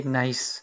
nice